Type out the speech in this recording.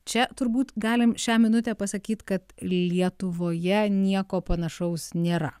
čia turbūt galim šią minutę pasakyt kad lietuvoje nieko panašaus nėra